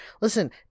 Listen